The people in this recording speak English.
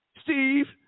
Steve